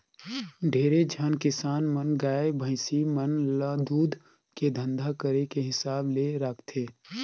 ढेरे झन किसान मन गाय, भइसी मन ल दूद के धंधा करे के हिसाब ले राखथे